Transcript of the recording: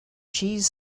cheese